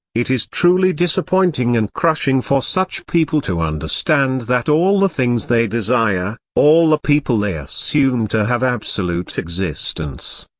it is truly disappointing and crushing for such people to understand that all the things they desire, all the people they assume to have absolute existence,